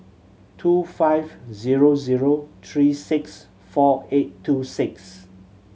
two five zero zero three six four eight two six